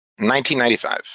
1995